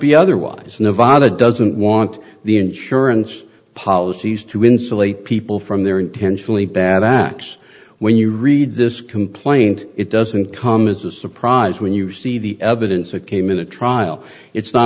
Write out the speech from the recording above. be otherwise nevada doesn't want the insurance policies to insulate people from their intentionally bad acts when you read this complaint it doesn't come as a surprise when you see the evidence it came in a trial it's